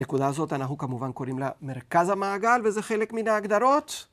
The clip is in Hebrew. לנקודה הזאת אנחנו כמובן קוראים לה מרכז המעגל, וזה חלק מן ההגדרות.